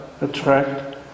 attract